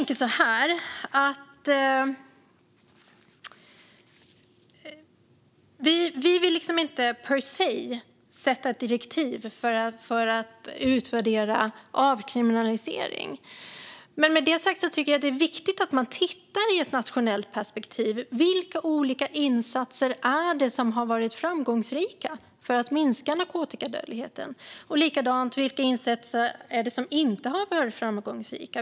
Kristdemokraterna vill inte fastslå ett direktiv som per se ska utvärdera avkriminalisering. Men med det sagt tycker jag ändå att det är viktigt att titta på det här ur ett nationellt perspektiv. Vilka insatser har varit framgångsrika för att minska narkotikadödligheten? Vilka har inte varit framgångsrika?